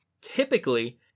Typically